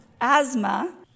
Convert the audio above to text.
asthma